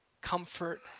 comfort